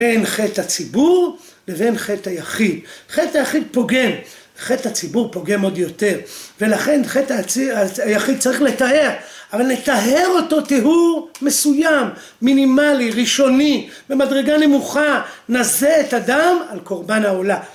בין חטא הציבור, לבין חטא היחיד. חטא היחיד פוגם, חטא הציבור פוגם עוד יותר. ולכן חטא היחיד צריך לטהר, אבל לטהר אותו טהור מסוים, מינימלי, ראשוני, במדרגה נמוכה, נזה את הדם על קורבן העולה